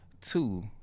Two